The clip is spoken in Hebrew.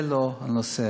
זה לא הנושא.